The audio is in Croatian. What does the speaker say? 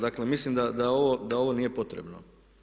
Dakle, mislim da ovo nije potrebno.